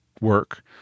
work